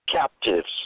captives